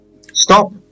Stop